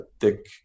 thick